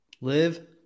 Live